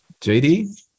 JD